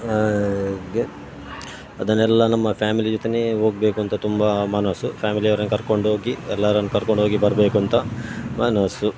ಹಾಗೆ ಅದನ್ನೆಲ್ಲ ನಮ್ಮ ಫ್ಯಾಮಿಲಿ ಜೊತೆಯೇ ಹೋಗ್ಬೇಕು ಅಂತ ತುಂಬ ಮನಸ್ಸು ಫ್ಯಾಮಿಲಿಯವ್ರನ್ನು ಕರ್ಕೊಂಡೋಗಿ ಎಲ್ಲರನ್ನೂ ಕರ್ಕೊಂಡೋಗಿ ಬರಬೇಕು ಅಂತ ಮನಸ್ಸು